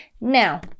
now